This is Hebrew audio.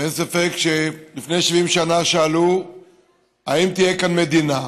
ואין ספק, לפני 70 שנה שאלו אם תהיה כאן מדינה,